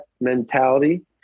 mentality